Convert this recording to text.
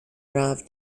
drive